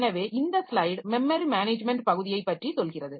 எனவே இந்த slide memory management பகுதியை பற்றி சொல்கிறது